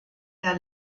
der